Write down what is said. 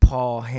Paul